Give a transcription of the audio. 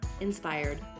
Inspired